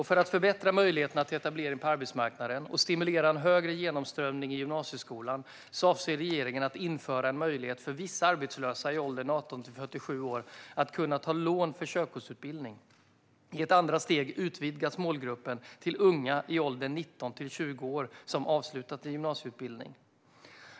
För att förbättra möjligheterna till etablering på arbetsmarknaden och stimulera en högre genomströmning i gymnasieskolan avser regeringen att införa en möjlighet för vissa arbetslösa i åldern 18-47 år att ta lån för körkortsutbildning. I ett andra steg utvidgas målgruppen till unga i åldern 19-20 år som avslutat en gymnasieutbildning.